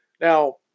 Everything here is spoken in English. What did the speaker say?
Now